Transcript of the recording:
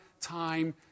time